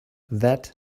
that